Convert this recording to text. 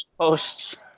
post